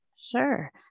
Sure